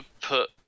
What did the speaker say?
put